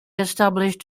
established